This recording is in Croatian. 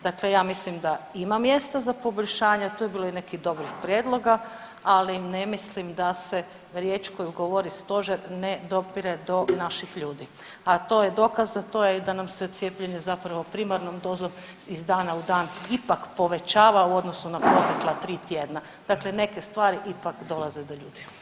Dakle, ja mislim da ima mjesta za poboljšanja, a tu je bilo i nekih dobrih prijedloga, ali ne mislim da se riječ koju govori stožer ne dopire do naših ljudi, a to je dokaz, a to je da nam se cijepljenje zapravo primarnom dozom iz dana u dan ipak povećava u odnosu na protekla tri tjedna, dakle neke stvari ipak dolaze do ljudi.